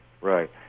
Right